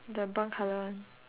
the brown colour one